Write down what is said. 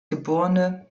geb